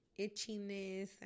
itchiness